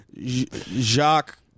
Jacques